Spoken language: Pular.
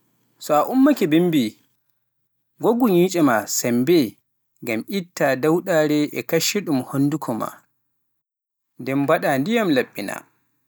A wawai tindinayan no haani yimɓe ngogga ƴiye mum no haanirta nii?